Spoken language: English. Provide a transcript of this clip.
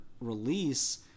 release